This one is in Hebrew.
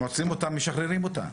הם עוצרים אותם, משחררים אותם.